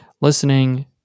listening